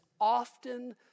often